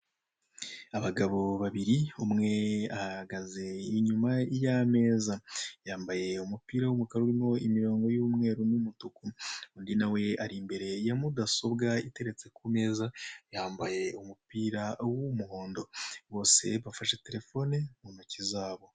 Abagabo babiri umwe ahagaze inyuma y'ameza, yambaye umupira w'umukara urimo imirongo y'umweru n'umutuku undi nawe ari imbere ya mudasobwa iteretse ku meza yambaye umupira w'umuhondo bose bafashe telefone mu ntoki zabo.